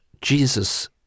Jesus